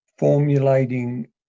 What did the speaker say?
formulating